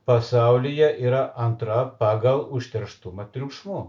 pasaulyje yra antra pagal užterštumą triukšmu